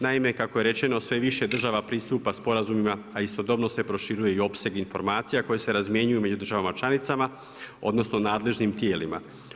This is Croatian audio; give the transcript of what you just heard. Naime, kako je rečeno sve više država pristupa sporazumima, a istodobno se proširuje i opseg informacija koje se razmjenjuju među državama članicama, odnosno nadležnim tijelima.